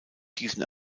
diesen